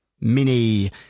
Mini